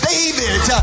David